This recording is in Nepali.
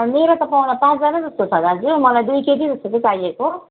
मेरो त पाहुना पाँचजना जस्तो छ दाजु मलाई दुई केजी जस्तो चाहिँ चाहिएको